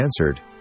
answered